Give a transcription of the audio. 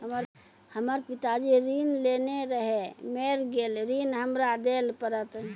हमर पिताजी ऋण लेने रहे मेर गेल ऋण हमरा देल पड़त?